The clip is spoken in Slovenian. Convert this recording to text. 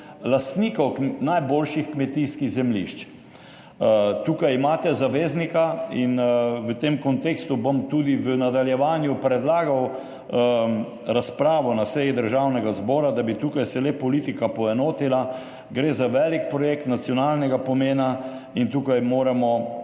lastnikov najboljših kmetijskih zemljišč. Tukaj imate zaveznika. V tem kontekstu bom tudi v nadaljevanju predlagal razpravo na seji Državnega zbora, da bi se tukaj le politika poenotila. Gre za velik projekt nacionalnega pomena in tukaj moramo